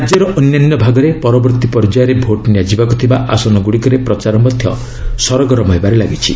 ରାଜ୍ୟର ଅନ୍ୟାନ୍ୟ ଭାଗରେ ପରବର୍ତ୍ତୀ ପର୍ଯ୍ୟାୟରେ ଭୋଟ୍ ନିଆଯିବାକୁଥିବା ଆସନ ଗୁଡ଼ିକରେ ପ୍ରଚାର ମଧ୍ୟ ସରଗରମ ହେବାରେ ଲାଗିଛି